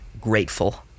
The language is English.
grateful